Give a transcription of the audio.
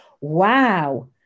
wow